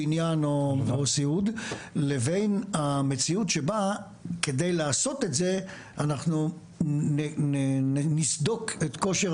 בניין או סיעוד לבין המציאות שבה כדי לעשות את זה אנחנו נסדוק את כושר